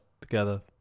together